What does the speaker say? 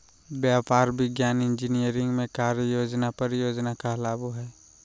व्यापार, विज्ञान, इंजीनियरिंग में कार्य योजना परियोजना कहलाबो हइ